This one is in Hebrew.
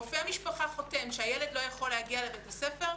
רופא משפחה חותם שהילד לא יכול להגיע לבית הספר,